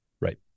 Right